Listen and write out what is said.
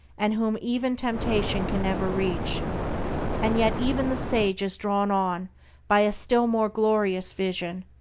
and whom even temptation can never reach and yet even the sage is drawn on by a still more glorious vision,